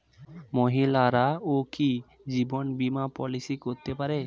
মহিলারাও কি জীবন বীমা পলিসি করতে পারে?